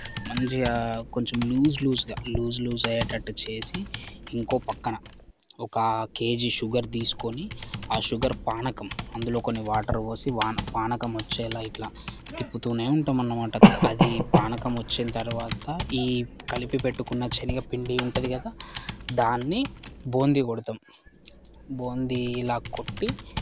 మంచిగా కొంచెం లూస్ లూస్గా లూస్ లూస్ అయ్యేటట్టు చేసి ఇంకో పక్కన ఒక కేజీ షుగర్ తీసుకొని ఆ షుగర్ పానకం అందులో కొన్ని వాటర్ పోసి వా పానకం వచ్చేలా ఇట్లా తిప్పుతూనే ఉంటనమాట అది పానకం వచ్చిన తర్వాత ఈ కలిపి పెట్టుకున్న శనగపిండి ఉంటుంది కదా దాన్ని బూంది కొడతాం బూంది ఇలా కొట్టి